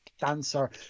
dancer